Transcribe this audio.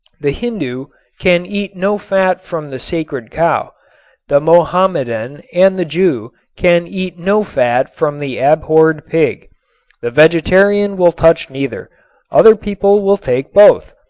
the hindu can eat no fat from the sacred cow the mohammedan and the jew can eat no fat from the abhorred pig the vegetarian will touch neither other people will take both.